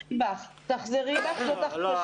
תחזרי בך, זאת הכפשה.